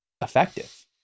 effective